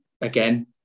again